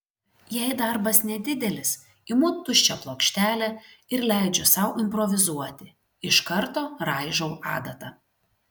jei darbas nedidelis imu tuščią plokštelę ir leidžiu sau improvizuoti iš karto raižau adata